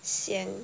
sian